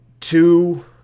two